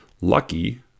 Lucky